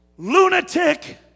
Lunatic